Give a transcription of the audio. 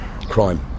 crime